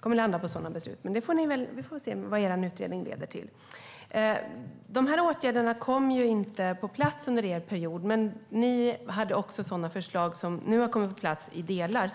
kommer att landa på sådana beslut. Vi får väl se vad er utredning leder till. Åtgärderna kom inte på plats under er period, men ni hade också sådana förslag som nu har kommit på plats i delar.